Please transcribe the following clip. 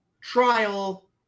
trial